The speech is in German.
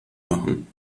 machen